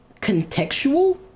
contextual